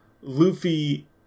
Luffy